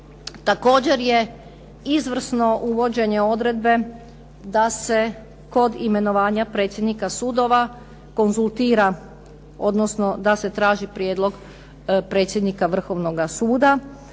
Također je izvrsno uvođenje odredbe da se kod imenovanja predsjednika sudova konzultira, odnosno da se traži prijedlog predsjednika Vrhovnoga suda.